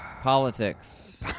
Politics